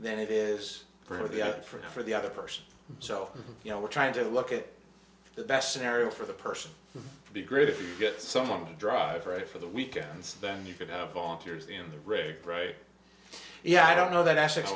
then it is for the up for the other person so you know we're trying to look at the best scenario for the person would be great if you get someone to drive right for the weekends then you could have volunteers the in the rig yeah i don't know that actually